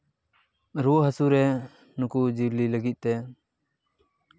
ᱨᱩᱣᱟᱹ ᱦᱟᱹᱥᱩᱨᱮ ᱱᱩᱠᱩ ᱡᱤᱭᱟᱹᱞᱤ ᱞᱟᱹᱜᱤᱫ ᱛᱮ